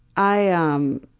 i am